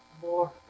more